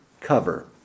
cover